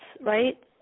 right